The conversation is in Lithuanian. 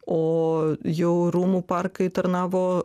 o jau rūmų parkai tarnavo